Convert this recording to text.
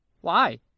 Why